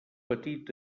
petit